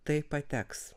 tai pateks